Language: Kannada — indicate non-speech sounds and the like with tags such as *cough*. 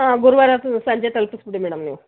ಹಾಂ ಗುರುವಾರ *unintelligible* ಸಂಜೆ ತಲುಪಿಸ್ಬಿಡಿ ಮೇಡಮ್ ನೀವು